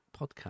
podcast